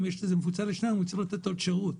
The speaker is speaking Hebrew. כאשר זה מפוצל לשתיים הוא צריך לתת עוד שירות,